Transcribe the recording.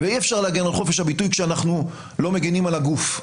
ואי אפשר להגן על חופש הביטוי כשאנחנו לא מגינים על הגוף.